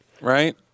Right